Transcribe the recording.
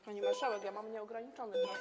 Pani marszałek, ja mam nieograniczony czas.